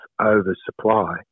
oversupply